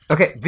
Okay